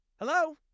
Hello